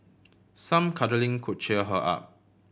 some cuddling could cheer her up